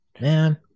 man